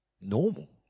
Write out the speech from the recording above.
normal